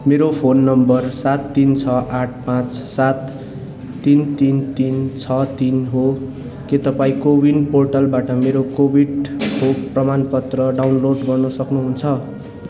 मेरो phone number सात तिन छ आठ पाँच सात तिन तिन तिन छ तिन हो के तपाईँ कोविन पोर्टलबाट मेरो कोभिड खोप प्रमाणपत्र डाउनलोड गर्नु सक्नुहुन्छ